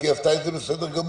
כי היא עשתה את זה בסדר גמור.